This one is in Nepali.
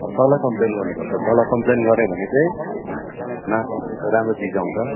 अब तलै कम्पलेन गर्नुपर्छ तल कम्पलेन गर्यो भने चाहिँ राम्रो चिज आउँछ